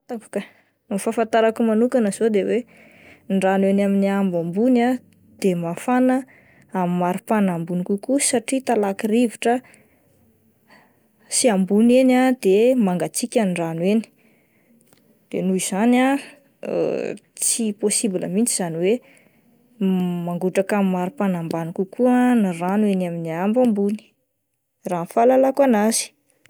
Tsy fantako kah, ny fahafantarako manokana izao de hoe ny rano ny eny amin'ny ahambo ambony de mafana amin'ny maripana ambony kokoa satria talaky rivotra sy ambony eny ah de mangatsiaka ny rano eny, de noho izany ah tsia pôsibla mihintsy izany hoe mangotraka amin'ny maripana ambany kokoa ny rano eny amin'ny ahambo ambony raha ny fahalalako an'azy.